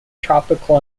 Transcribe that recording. tropical